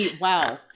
wow